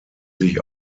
sich